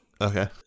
Okay